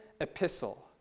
epistle